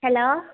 hello